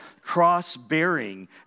cross-bearing